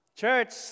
Church